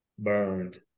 burned